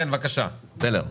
הכלי הזה